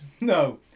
No